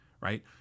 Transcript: right